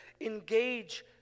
Engage